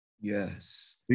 Yes